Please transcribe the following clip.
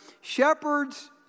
shepherds